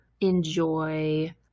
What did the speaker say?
enjoy